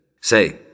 Say